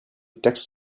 text